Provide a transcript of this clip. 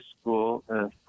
school